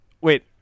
wait